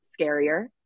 scarier